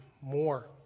more